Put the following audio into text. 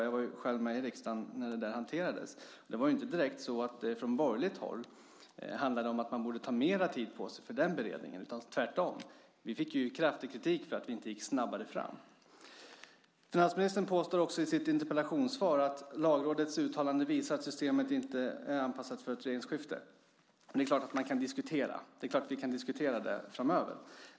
Jag var med i riksdagen när frågan hanterades. Det var inte direkt så att det från borgerligt håll handlade om att man borde ta mer tid på sig i den beredningen. Tvärtom fick vi kraftig kritik för att vi inte gick snabbare fram. Finansministern påstår i sitt interpellationssvar att Lagrådets uttalande visar att systemet inte är anpassat för ett regeringsskifte. Det är klart att vi kan diskutera det framöver.